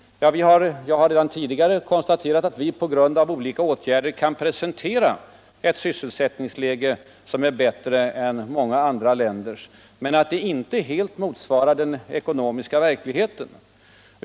Jag har redan tidigare konstaterat. att vi på grund av olika åtgärder kunnat redovisa en sysselsättning som är bättre än många andra linders men att den inte svarar mot den ekonomiska verkligheten.